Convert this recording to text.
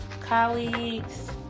colleagues